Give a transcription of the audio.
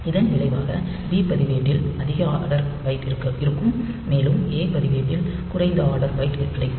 இதன் விளைவாக பி பதிவேட்டில் அதிக ஆர்டர் பைட் இருக்கும் மேலும் ஏ பதிவேட்டில் குறைந்த ஆர்டர் பைட் கிடைக்கும்